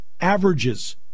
averages